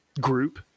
group